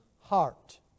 heart